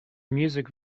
music